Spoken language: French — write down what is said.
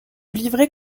livret